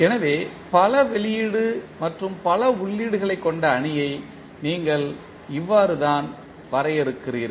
எனவே பல வெளியீடு மற்றும் பல உள்ளீடுகளைக் கொண்ட அணியை நீங்கள் இவ்வாறுதான் வரையறுக்கிறீர்கள்